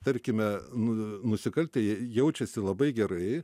tarkime nu nusikaltę jie jaučiasi labai gerai